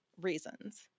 reasons